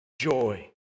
joy